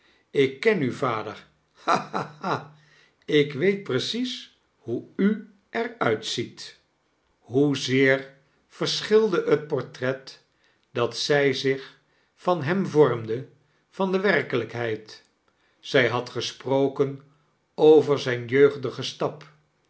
ik ken u vader ha ha ha ik weet precies hoe u er uitziet hoe zeer verschilde het portiret dat zq zich van hem vormde van de werkelijkheid zij had gesproken over zijn jeugdigen stap